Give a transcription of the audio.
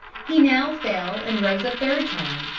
he now fell and rose a third time,